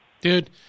dude